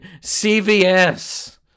cvs